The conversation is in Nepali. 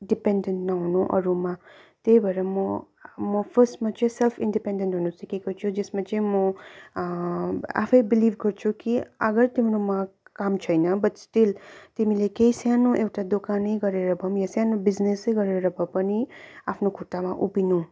डिपेन्डेन्ट नहुनु अरूमा त्यही भएर म म फर्स्टमा चाहिँ सेल्फ इन्डिपेन्डेन्ट हुनु सिकेको छु जसमा चाहिँ म आफै बिलिभ गर्छु कि अगर तिम्रोमा काम छैन बट स्टिल तिमीले केही सानो एउटा दोकानै गरेर भए पनि या सानो बिजिनेसै गरेर भए पनि आफ्नो खुट्टामा उभिनु